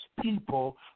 people